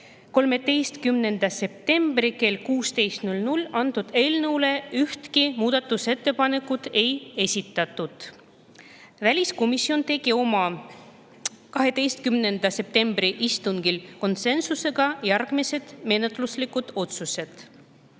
13. septembril kella 16.00-ks eelnõu kohta ühtegi muudatusettepanekut ei esitatud. Väliskomisjon tegi oma 12. septembri istungil konsensusega järgmised menetluslikud otsused.